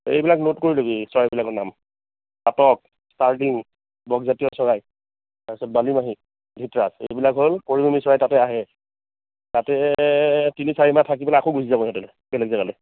এইবিলাক নোট কৰি ল'বি চৰাইবিলাকৰ নাম চাটক ষ্টাৰলিং ডগ জাতীয় চৰাই তাৰপিছত বালিমাহী ধৃতৰাজ এইবিলাক হ'ল পৰিভ্ৰমী চৰাই তাতে আহে তাতে তিনি চাৰি মাহ থাকি পেলাই আকৌ গুচি যাব সিহঁতে বেলেগ জাগালে